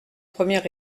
premier